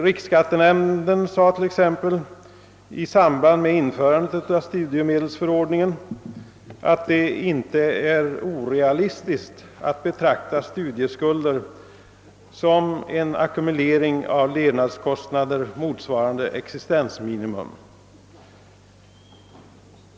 Riksskattenämnden utta lade t.e x. i samband med införandet av studiemedelsförordningen att det inte är orealistiskt att betrakta studieskulder som en ackumulering av levnadskostnader motsvarande existensminimum.